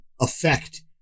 effect